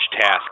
task